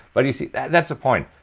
but do you see that's a point,